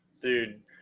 dude